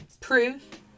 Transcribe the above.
proof